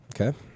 Okay